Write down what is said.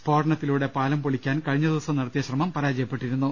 സ്ഫോടനത്തിലൂടെ പാലം പൊളിക്കാൻ കഴിഞ്ഞ ദിവസം നട ത്തിയ ശ്രമം പരാജയപ്പെട്ടിരുന്നു